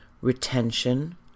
retention